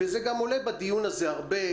וזה גם עולה בדיון הזה הרבה,